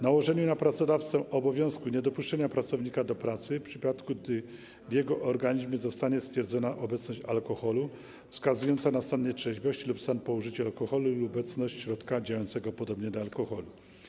Nałożenie na pracodawcę obowiązku niedopuszczenia pracownika do pracy w przypadku, gdy w jego organizmie zostanie stwierdzona obecność alkoholu wskazująca na stan nietrzeźwości lub stan po użyciu alkoholu lub obecność środka działającego podobnie do alkoholu.